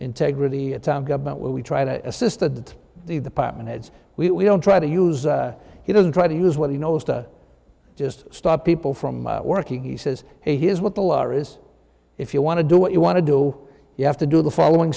integrity at times about what we try to assisted the the potman heads we don't try to use he doesn't try to use what he knows to just stop people from working he says here's what the law is if you want to do what you want to do you have to do the following